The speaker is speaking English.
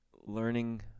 learning